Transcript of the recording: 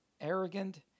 arrogant